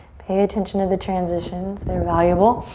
pay attention to the transitions, they're valuable.